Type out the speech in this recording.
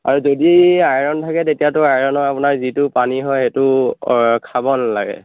আৰু যদি আইৰণ থাকে তেতিয়াতো আইৰণৰ আপোনাৰ যিটো পানী হয় সেটো খাব নালাগে